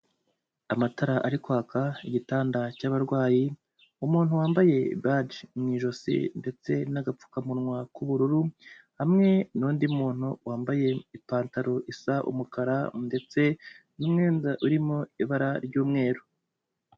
Amatara ari kwaka, igitanda cy'abarwayi, umuntu wambaye bagi mu ijosi, ndetse n'agapfukamunwa k'ubururu, hamwe n'undi muntu, wambaye ipantaro isa umukara, ndetse n'umwenda urimo ibara ry'umweru.